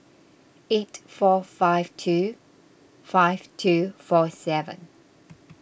eight four five two five two four seven